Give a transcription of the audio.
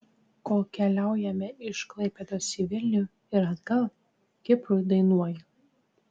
kol keliaujame iš klaipėdos į vilnių ir atgal kiprui dainuoju